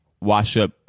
wash-up